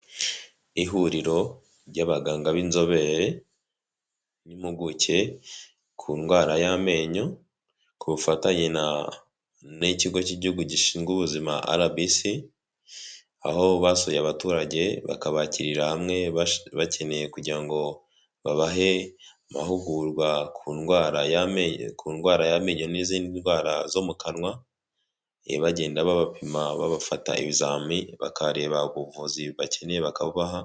Ihuriro ry'abaganga b'inzobere n'impuguke ku ndwara y'amenyo ku bufatanye n'ikigo cy'igihugu gishinzwe ubuzima arabisi aho basuye abaturage bakabakirira hamwe bakeneye kugira ngo babahe amahugurwa ku ndwara y'ameye ku ndwara y'amenyo n'izindi ndwara zo mu kanwa ibagenda babapima babafata ibizami bakareba ubuvuzi bakeneye bakabaha.